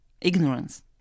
Ignorance